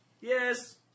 Yes